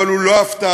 אבל הוא לא הפתעה,